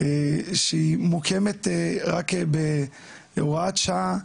שהיא מוקמת רק בהוראת שעה,